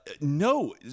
no